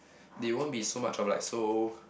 they won't be so much of like so